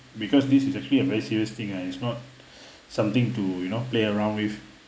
because this is actually a very serious thing ah it's not something to you know play around with